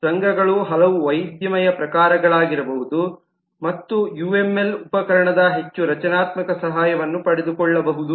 ಸಂಘಗಳು ಹಲವು ವೈವಿಧ್ಯಮಯ ಪ್ರಕಾರಗಳಾಗಿರಬಹುದು ಮತ್ತು ಯುಎಂಎಲ್ ಉಪಕರಣದ ಹೆಚ್ಚು ರಚನಾತ್ಮಕ ಸಹಾಯವನ್ನು ಪಡೆದುಕೊಳ್ಳಬಹುದು